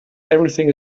everything